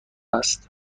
است